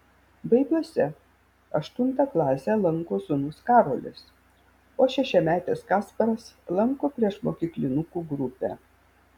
baibiuose aštuntą klasę lanko sūnus karolis o šešiametis kasparas lanko priešmokyklinukų grupę